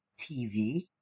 TV